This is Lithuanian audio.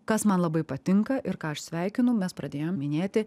kas man labai patinka ir ką aš sveikinu mes pradėjom minėti